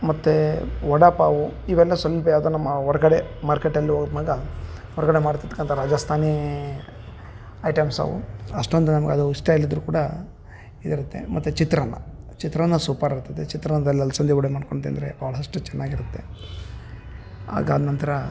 ಮತ್ತು ವಡಾಪಾವು ಇವೆಲ್ಲ ಸ್ವಲ್ಪ ಯಾವುದೋ ನಮ್ಮ ಹೊರ್ಗಡೆ ಮಾರ್ಕೆಟಲ್ಲು ಹೊಗ್ವಾಗ್ ಹೊರಗಡೆ ಮಾರ್ತಿತ್ಕಂತಾರೆ ರಾಜಸ್ತಾನಿ ಐಟಮ್ಸವು ಅಷ್ಟೊಂದು ನಮ್ಗೆ ಅದು ಇಷ್ಟ ಇಲ್ಲದಿದ್ರು ಕೂಡ ಇರುತ್ತೆ ಮತ್ತು ಚಿತ್ರಾನ್ನ ಚಿತ್ರಾನ್ನ ಸೂಪರಿರ್ತದೆ ಚಿತ್ರಾನ್ನದಲ್ ಅಲಸಂದಿ ವಡೆ ಮಾಡ್ಕೊಂಡು ತಿಂದರೆ ಬಹಳಷ್ಟು ಚೆನ್ನಾಗಿರುತ್ತೆ ಅದಾದನಂತ್ರ